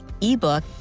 ebook